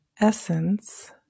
essence